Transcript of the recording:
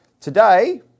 Today